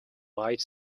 white